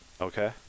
Okay